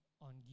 on